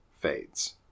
fades